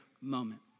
moment